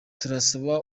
turasaba